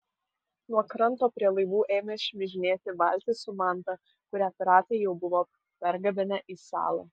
nuo kranto prie laivų ėmė šmižinėti valtys su manta kurią piratai jau buvo pergabenę į salą